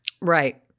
Right